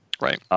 Right